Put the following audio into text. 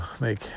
make